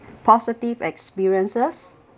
positive experiences